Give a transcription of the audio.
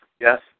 Yes